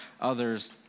others